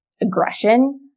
aggression